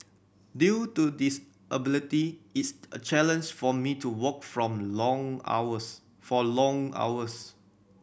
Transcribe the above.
due to disability it's a challenge for me to walk from long hours for long hours